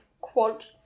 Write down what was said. quad